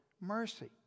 mercy